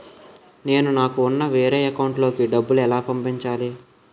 నేను నాకు ఉన్న వేరే అకౌంట్ లో కి డబ్బులు ఎలా పంపించాలి?